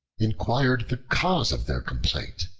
inquired the cause of their complaint.